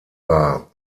war